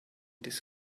this